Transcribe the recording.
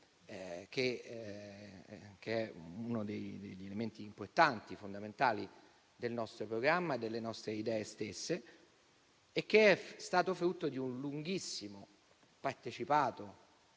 uno degli elementi importanti e fondamentali del nostro programma e delle nostre stesse idee ed è stato frutto di un lunghissimo, partecipato